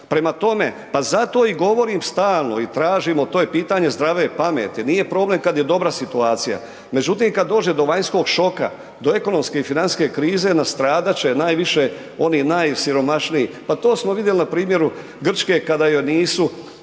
Prema tome, pa zato i govorim stalno i tražimo to je pitanje zdrave pameti, nije problem kad je dobra situacija, međutim kad dođe do vanjskog šoka, do ekonomske i financijske krize nastradat će najviše oni najsiromašniji. Pa to smo vidjeli na primjeru Grčke kada joj nisu